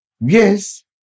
Yes